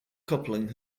coupling